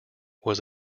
was